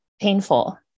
painful